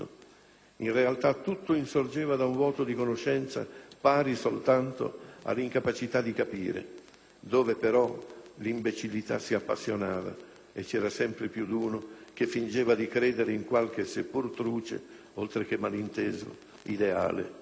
In realtà, tutto insorgeva da un vuoto di conoscenza pari soltanto all'incapacità di capire; dove però l'imbecillità si appassionava e c'era sempre più d'uno che fingeva di credere in qualche, seppur truce, oltre che malinteso, ideale.